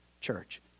church